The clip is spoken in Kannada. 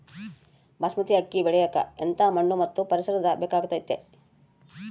ಬಾಸ್ಮತಿ ಅಕ್ಕಿ ಬೆಳಿಯಕ ಎಂಥ ಮಣ್ಣು ಮತ್ತು ಪರಿಸರದ ಬೇಕಾಗುತೈತೆ?